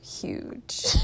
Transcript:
huge